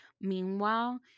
Meanwhile